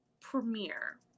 premiere